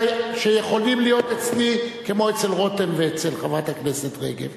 שיכולים להיות אצלי כמו אצל רותם ואצל חברת הכנסת רגב,